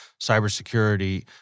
cybersecurity